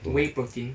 no